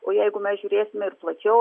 o jeigu mes žiūrėsime ir plačiau